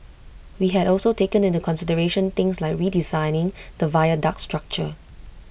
we had also taken into consideration things like redesigning the viaduct structure